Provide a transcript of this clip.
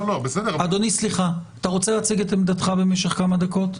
אתה רוצה להציג את עמדתך במשך כמה דקות?